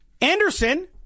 Anderson